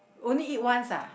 only eat once ah